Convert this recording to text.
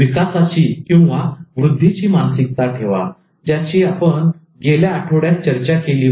विकासाचीवृद्धीची मानसिकता ठेवा ज्याची आपण गेल्या आठवड्यात चर्चा केली होती